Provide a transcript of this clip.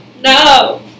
no